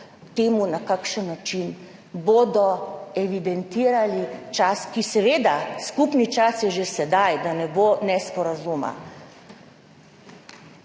tem, na kakšen način bodo evidentirali čas, seveda je skupni čas že sedaj, da ne bo nesporazuma.